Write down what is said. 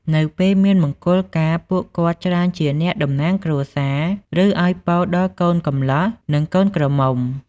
នៅពេលមានមង្គលការ ពួកគាត់ច្រើនជាអ្នកតំណាងគ្រួសារ ឬឱ្យពរដល់កូនកម្លាះ និងកូនក្រមុំ។